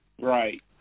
Right